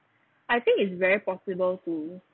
I think it's very possible to